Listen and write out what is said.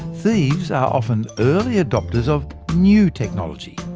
thieves are often early adopters of new technology.